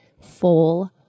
full